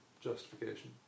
justification